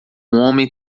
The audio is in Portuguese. homem